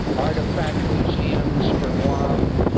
artifact museums for guam,